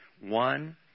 One